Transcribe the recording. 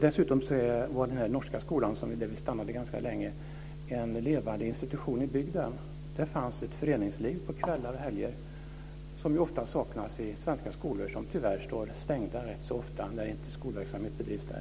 Dessutom var den här norska skolan, där vi stannade ganska länge, en levande institution i bygden. Där fanns ett föreningsliv på kvällar och helger. Detta är något som ofta saknas i svenska skolor, som tyvärr står stängda rätt ofta när inte skolverksamhet bedrivs där.